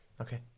okay